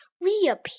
reappear